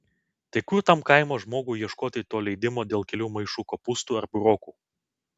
tai kur tam kaimo žmogui ieškoti to leidimo dėl kelių maišų kopūstų ar burokų